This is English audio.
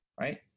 right